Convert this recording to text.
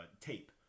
tape